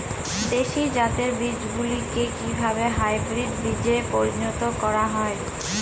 দেশি জাতের বীজগুলিকে কিভাবে হাইব্রিড বীজে পরিণত করা হয়?